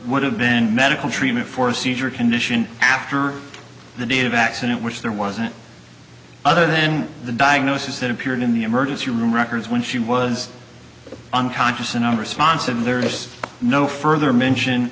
would have been medical treatment for seizure condition after the date of accident which there wasn't other then the diagnosis that appeared in the emergency room records when she was unconscious and unresponsive and there's no further mention